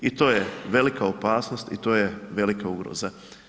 I to je velika opasnost i to je velika ugroza.